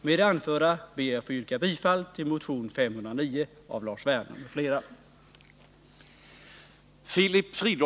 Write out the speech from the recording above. Med det anförda ber jag att få yrka bifall till motion 509 av Lars Werner m.fl.